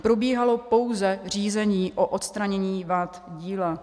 Probíhalo pouze řízení o odstranění vad díla.